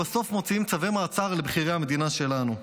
ובסוף מוציאים צווי מעצר לבכירי המדינה שלנו.